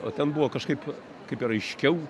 o ten buvo kažkaip kaip ir aiškiau